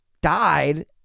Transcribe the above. died